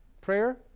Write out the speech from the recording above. prayer